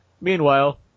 Meanwhile